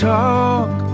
talk